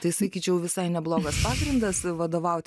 tai sakyčiau visai neblogas pagrindas vadovauti